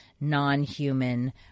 non-human